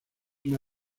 una